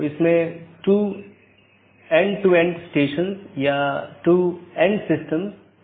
इसलिए जब कोई असामान्य स्थिति होती है तो इसके लिए सूचना की आवश्यकता होती है